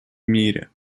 мире